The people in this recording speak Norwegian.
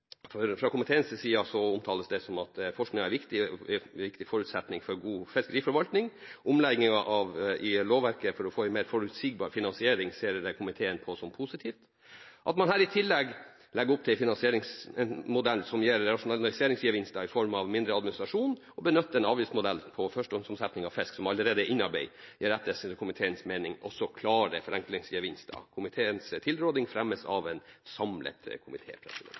bort fra å finansiere ressursforskningen ved forskningskvote og heller går over til en direkte avgift som innkreves på førstehåndsomsetningen. Komiteen omtaler forskningen som en viktig forutsetning for god fiskeriforvaltning. Omleggingen av lovverket, for å få en mer forutsigbar finansiering, det ser komiteen på som positivt. At man i tillegg legger opp til en finansieringsmodell som gir rasjonaliseringsgevinster i form av mindre administrasjon, og benytter en avgiftsmodell på førstehåndsomsetning av fisk som allerede er innarbeidet, gir etter komiteens mening også klare forenklingsgevinster. Komiteens tilråding fremmes av en samlet